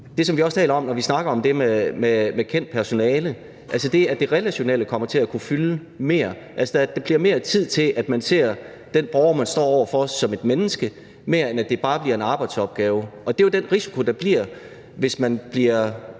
det, som vi også taler om, når vi snakker om det med kendt personale, altså det at det relationelle kommer til at kunne fylde mere, at der bliver mere tid til, at man ser den borger, man står over for, som et menneske, snarere end at det bare bliver en arbejdsopgave. Og det er jo den risiko, der bliver, hvis man har